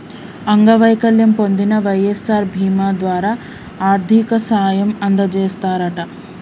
అంగవైకల్యం పొందిన వై.ఎస్.ఆర్ బీమా ద్వారా ఆర్థిక సాయం అందజేస్తారట